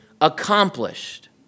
accomplished